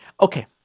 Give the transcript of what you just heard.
Okay